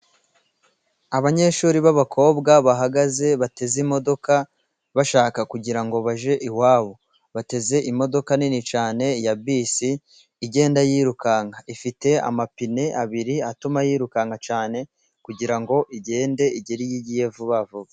Abanyeshuri b'abakobwa bahagaze bateze imodoka, bashaka kugirango baje iwabo, bateze imodoka nini cyane ya bisi igenda yirukanka ifite amapine abiri atuma yirukanka cyane, kugirango igende igere iyigiye vuba vuba.